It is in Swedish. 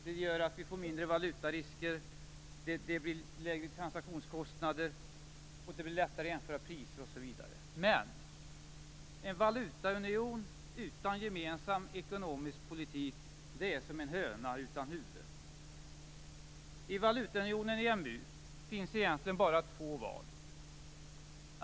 Det gör att vi får mindre valutarisker, det blir lägre transaktionskostnader, det blir lättare att jämföra priser osv. Men en valutaunion utan gemensam ekonomisk politik är som en höna utan huvud. I valutaunionen EMU finns det egentligen bar två val.